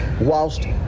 whilst